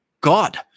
God